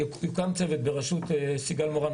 יוקם צוות ברשות סיגל מורן,